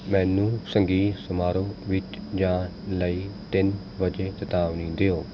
ਮੈਨੂੰ ਸੰਗੀਤ ਸਮਾਰੋਹ ਵਿੱਚ ਜਾਣ ਲਈ ਤਿੰਨ ਵਜੇ ਚੇਤਾਵਨੀ ਦਿਓ